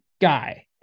guy